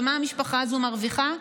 ומה המשפחה הזאת מרוויחה?